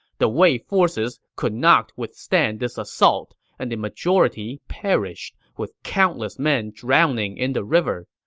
the wei forces could not withstand this assault, and the majority perished, with countless men drowning in the river.